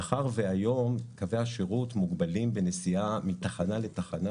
מאחר והיום קווי השירות מוגבלים בנסיעה מתחנה לתחנה